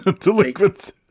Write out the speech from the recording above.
delinquents